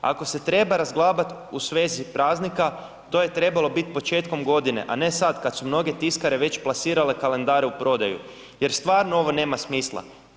Ako se treba razglabati u svezi praznika to je trebalo biti početkom godine a ne sad kada su mnoge tiskare već plasirale kalendare u prodaju jer stvarno ovo nema smisla.